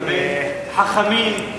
הרבה חכמים,